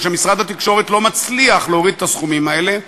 ומשרד התקשורת לא מצליח להוריד את הסכומים האלה,